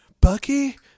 Bucky